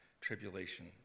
tribulation